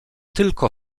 tylko